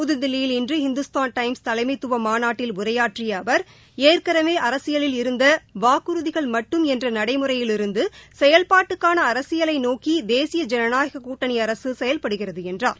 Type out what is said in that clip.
புதுதில்லியில் இன்று இந்துஸ்தான் டைம்ஸ் தலைமைத்துவ மாநாட்டில் உரையாற்றிய அவர் ஏற்கனவே அரசியலில் இருந்த வாக்குறுதிகள் மட்டும் என்ற நடைமுறையிலிருந்து செயல்பாட்டுக்கான அரசியலை நோக்கி தேசிய ஜனநாயகக் கூட்டணி அரசு செயல்படுகிறது என்றார்